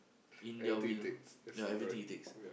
in their will ya everything it takes